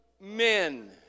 men